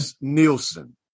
Nielsen